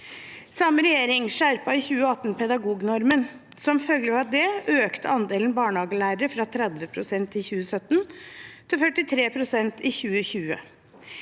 Samme regjering skjerpet i 2018 pedagognormen. Som følge av det økte andelen barnehagelærere fra 30 pst. i 2017 til 43 pst. i 2020.